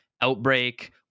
Outbreak